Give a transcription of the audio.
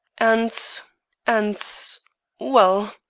and and well,